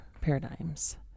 paradigms